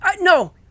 No